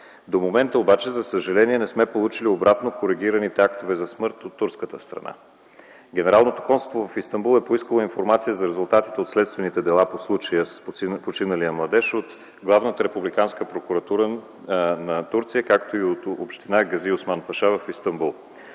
до момента не сме получили обратно коригираните актове за смърт от турската страна. Генералното консулство в Истанбул е поискало информация за следствените дела по случая с починалия младеж от Главната републиканска прокуратура на Турция, както и от община „Гази Осман паша” в Истанбул.